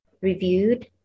reviewed